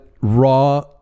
raw